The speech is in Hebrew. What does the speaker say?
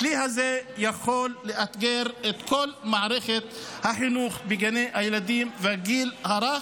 הכלי הזה יכול לאתגר את כל מערכת החינוך בגני הילדים והגיל הרך,